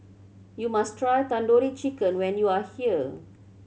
you must try Tandoori Chicken when you are here